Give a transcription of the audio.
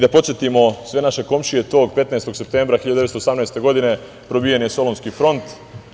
Da podsetimo sve naše komšije, tog 15. septembra 1918. godine probijen je Solunski front.